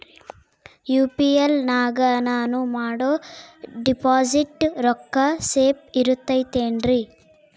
UPI ನಾಗ ನಾನು ಮಾಡೋ ಡಿಪಾಸಿಟ್ ರೊಕ್ಕ ಸೇಫ್ ಇರುತೈತೇನ್ರಿ?